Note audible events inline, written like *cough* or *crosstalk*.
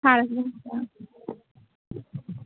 *unintelligible*